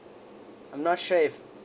I'm not sure if